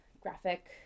graphic